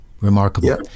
Remarkable